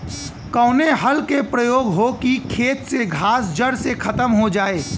कवने हल क प्रयोग हो कि खेत से घास जड़ से खतम हो जाए?